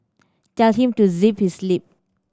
tell him to zip his lip